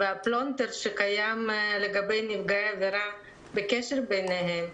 והפלונטר שקיים לגבי נפגעי עבירה בקשר ביניהם.